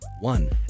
one